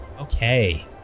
Okay